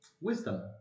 Wisdom